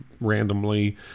randomly